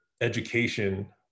education